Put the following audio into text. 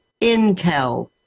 intel